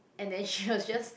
and then she was just